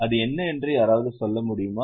அது என்ன என்று யாராவது சொல்ல முடியுமா